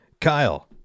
Kyle